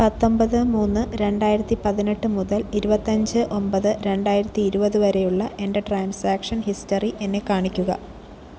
പത്തൊമ്പത് മൂന്ന് രണ്ടായിരത്തി പതിനെട്ട് മുതൽ ഇരുപത്തി അഞ്ച് ഒമ്പത് രണ്ടായിരത്തി ഇരുപത് വരെയുള്ള എൻ്റെ ട്രാൻസാക്ഷൻ ഹിസ്റ്ററി എന്നെ കാണിക്കുക